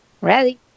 Ready